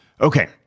Okay